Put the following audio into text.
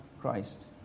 Christ